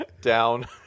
Down